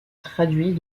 traduit